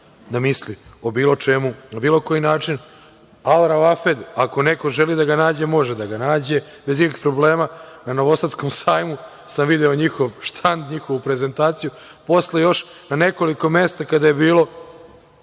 da misli o bilo čemu na bilo koji način. „Al Ravafed“, ako neko želi da ga nađe, može da ga nađe bez ikakvih problema. Na Novosadskom sajmu sam video njihov štand, njihovu prezentaciju, posle još na nekoliko mesta kada je bilo.